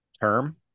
term